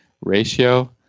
ratio